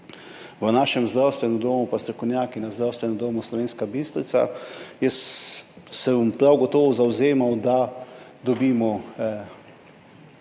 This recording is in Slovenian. v našem zdravstvenem domu in strokovnjaki v Zdravstvenem domu Slovenska Bistrica. Jaz se bom prav gotovo zavzemal, da dobimo